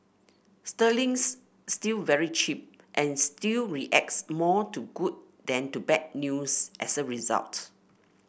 Sterling's still very cheap and still reacts more to good than to bad news as a result